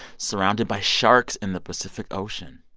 surrounded by sharks in the pacific ocean